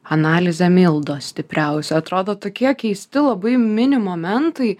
analizė mildos stipriausia atrodo tokie keisti labai mini momentai